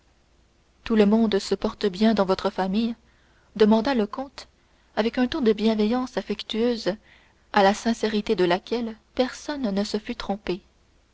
tout le monde se porte bien dans votre famille demanda le comte avec un ton de bienveillance affectueuse à la sincérité de laquelle personne ne se fût trompé